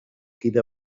kide